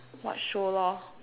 watch show lor